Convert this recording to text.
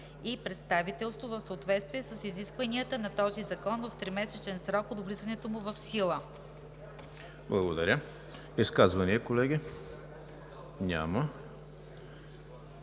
и представителство в съответствие с изискванията на този закон в тримесечен срок от влизането му в сила.“ ПРЕДСЕДАТЕЛ ЕМИЛ ХРИСТОВ: Благодаря. Изказвания, колеги? Няма.